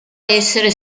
essere